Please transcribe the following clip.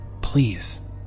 please